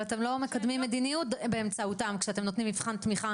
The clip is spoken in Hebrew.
אבל אתם לא מקדמים מדיניות באמצעותם כשאתם נותנים מבחן תמיכה